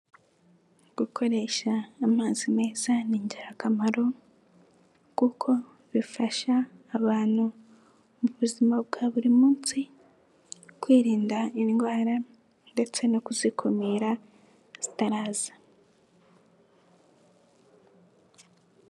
Gukoresha amazi meza ni ingirakamaro, kuko bifasha abantu mu buzima bwa buri munsi kwirinda indwara ndetse no kuzikumira zitararaza.